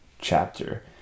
chapter